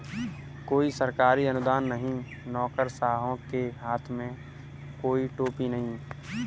कोई सरकारी अनुदान नहीं, नौकरशाहों के हाथ में कोई टोपी नहीं